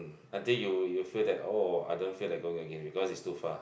I think you you will feel that oh I don't feel like going again because it's too far